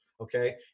Okay